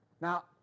Now